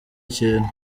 ikintu